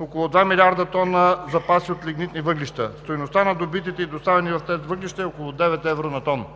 около два милиарда тона запаси от лигнитни въглища. Стойността на добитите и доставени в ТЕЦ въглища е около девет евро на тон.